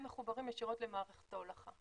הם מחוברים ישירות למערכת ההולכה.